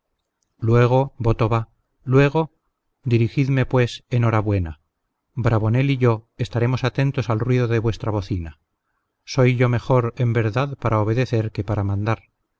luego luego voto va luego dirigidme pues en hora buena bravonel y yo estaremos atentos al ruido de vuestra bocina soy yo mejor en verdad para obedecer que para mandar